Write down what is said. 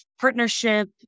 partnership